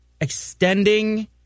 Extending